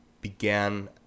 began